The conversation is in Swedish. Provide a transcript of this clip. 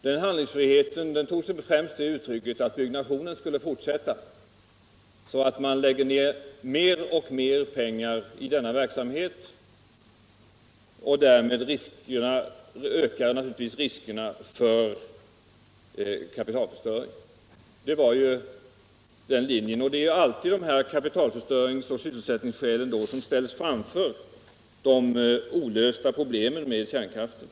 Den handlingsfriheten tog sig främst uttrycket att byggnationen skulle fortsätta så att man skulle lägga ner mer och mer pengar i denna verksamhet, och därmed skulle naturligtvis riskerna för kapitalförstöring öka. Det var den linjen socialdemokraterna drev. Kapitalförstöringsoch sysselsättningsskälen har alltid ställts framför de olösta problemen med kärnkraften.